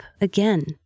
again